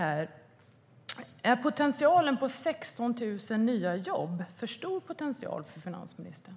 Är potentialen på 16 000 nya jobb en för stor potential för finansministern?